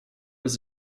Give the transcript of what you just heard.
was